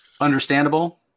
understandable